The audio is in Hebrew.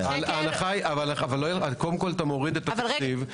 שקל --- אבל קודם כל אתה מוריד תקציב,